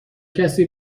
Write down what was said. کسی